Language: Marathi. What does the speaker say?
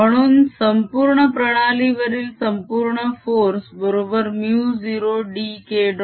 म्हणून संपूर्ण प्रणाली वरील संपूर्ण फोर्स बरोबर μ0 d K